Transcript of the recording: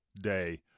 day